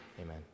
Amen